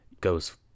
goes